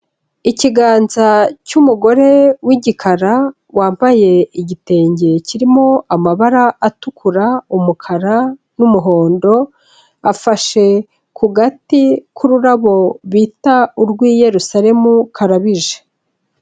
Ikiganza cy'umugore w'igikara wambaye igitenge kirimo amabara atukura, umukara n'umuhondo, afashe ku gati k'ururabo bita urw'Iyerusalemu karabije.